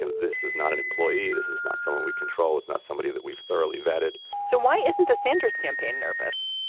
ah this is not an employee. this is not something we control, is not somebody that we've thoroughly vetted so why isn't the sanders campaign nervous?